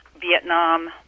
Vietnam